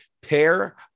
pair